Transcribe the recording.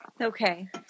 Okay